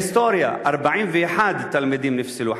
בהיסטוריה, 41 תלמידים נפסלו.